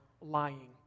lying